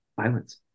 violence